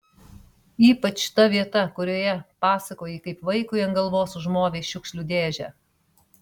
ypač ta vieta kurioje pasakoji kaip vaikui ant galvos užmovei šiukšlių dėžę